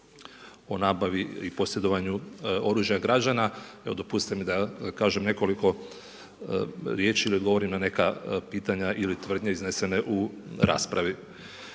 o nabavi i posjedovanju oružja građana, dopustite mi da kažem nekoliko riječi ili odgovorim na neka pitanja ili tvrdnje izneseni u raspravi.